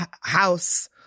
house